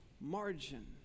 margin